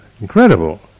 Incredible